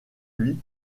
lui